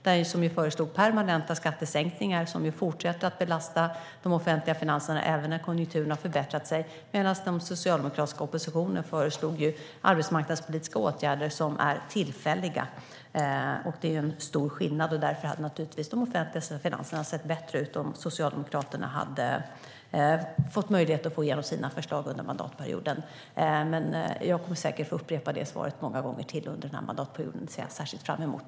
Den föreslog ju permanenta skattesänkningar, som fortsätter att belasta de offentliga finanserna även när konjunkturen har förbättrats, medan den socialdemokratiska oppositionen föreslog arbetsmarknadspolitiska åtgärder som är tillfälliga. Det är stor skillnad, och därför hade de offentliga finanserna naturligtvis sett bättre ut om Socialdemokraterna hade haft möjlighet att få igenom sina förslag under mandatperioden. Jag kommer säkert att få upprepa det svaret många gånger till under den här mandatperioden, och det ser jag särskilt fram emot.